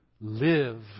live